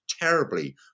terribly